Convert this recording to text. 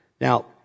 Now